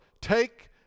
take